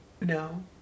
No